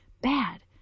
Bad